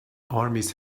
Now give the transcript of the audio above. armies